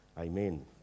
Amen